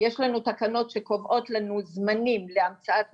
שיש לנו תקנות שקובעות לנו זמנים להמצאת מכנסים,